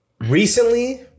recently